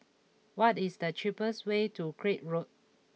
what is the cheapest way to Craig Road